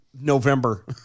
November